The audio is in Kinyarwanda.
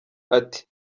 ati